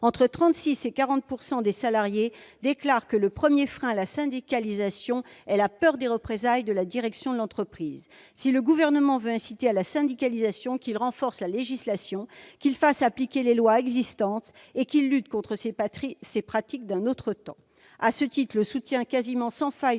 entre 36 % et 40 % des salariés déclarent que le premier frein à la syndicalisation est la peur des représailles émanant de la direction de l'entreprise. Si le Gouvernement veut inciter à la syndicalisation, qu'il renforce la législation, qu'il fasse appliquer les lois existantes et qu'il lutte contre ces pratiques d'un autre temps ! À ce titre, le soutien quasiment sans faille